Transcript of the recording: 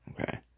okay